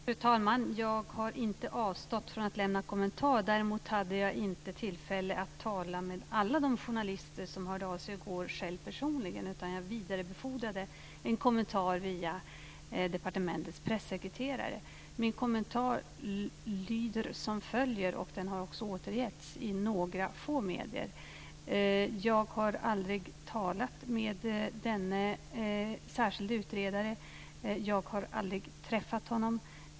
Fru talman! Jag har inte avstått från att lämna kommentar. Däremot hade jag personligen inte tillfälle att tala med alla de journalister som hörde av sig i går. Jag vidarebefordrade en kommentar via departementets pressekreterare. Min kommentar, som har återgetts i några få medier, lyder som följer. Jag har aldrig talat med denne särskilde utredare. Jag har aldrig träffat honom.